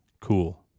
Cool